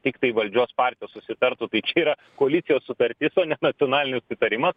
tiktai valdžios partijos susitartų tai čia yra koalicijos sutartis o ne nacionalinis susitarimas